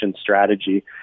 strategy